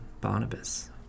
Barnabas